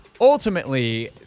Ultimately